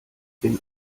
bin